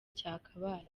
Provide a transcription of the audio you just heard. cyakabaye